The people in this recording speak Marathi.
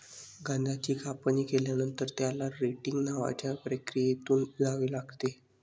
गांजाची कापणी केल्यानंतर, त्याला रेटिंग नावाच्या प्रक्रियेतून जावे लागते